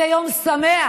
זה יום שמח.